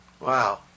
wow